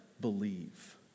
believe